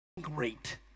great